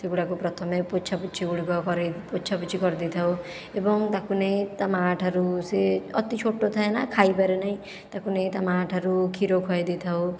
ସେଗୁଡ଼ାକ ପ୍ରଥମେ ପୋଛାପୋଛି ଗୁଡ଼ିକ କରେ ପୋଛାପୋଛି କରିଦେଇଥାଉ ଏବଂ ତାକୁ ନେଇ ତା ମାଆ ଠାରୁ ସେ ଅତି ଛୋଟ ଥାଏ ନା ଖାଇପାରେ ନାହିଁ ତାକୁ ନେଇ ତା ମାଆ ଠାରୁ କ୍ଷୀର ଖୁଆଇ ଦେଇଥାଉ